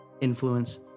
influence